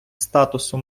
статусу